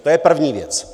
To je první věc.